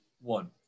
one